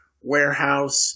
warehouse